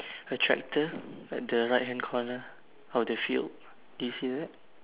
a tractor at the right hand corner of the field do you see that